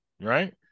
Right